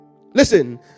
listen